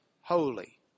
holy